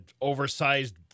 oversized